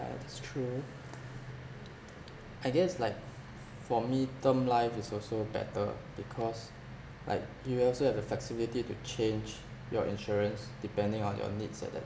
that's true I guess like for me term life is also better because like you will also have the flexibility to change your insurance depending on your needs at the